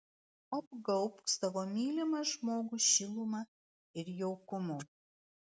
apgaubk savo mylimą žmogų šiluma ir jaukumu